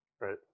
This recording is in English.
Right